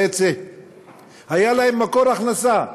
בעצם היה להם מקור הכנסה מהמים.